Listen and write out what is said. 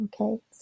Okay